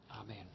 Amen